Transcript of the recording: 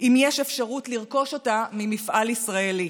אם יש אפשרות לרכוש אותה ממפעל ישראלי.